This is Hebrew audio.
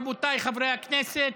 רבותיי חברי הכנסת,